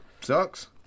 Sucks